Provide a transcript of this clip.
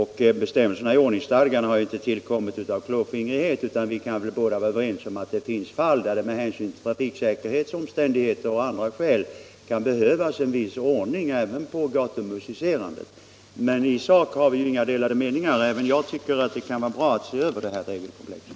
Bestämmelserna i ordningsstadgan har inte tillkommit av klåfingrighet utan vi kan väl båda vara överens om att det finns fall där det med hänsyn till trafiksäkerheten och av andra skäl kan behövas en viss ordning även på gatumusicerandet. Men i sak har vi inga delade meningar. Även jag tycker att det kan vara bra att se över regelkomplexet.